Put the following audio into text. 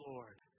Lord